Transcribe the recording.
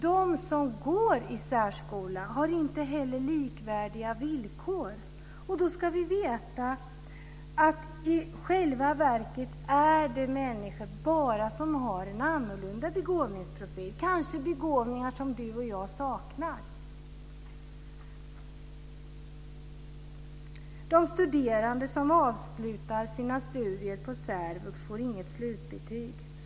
De som går i särskola har inte heller likvärdiga villkor, och då ska vi veta att i själva verket är det fråga om människor som har en annorlunda begåvningsprofil, kanske begåvningar som du och jag saknar. De studerande som avslutar sina studier på särvux får inget slutbetyg.